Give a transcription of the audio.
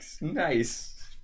Nice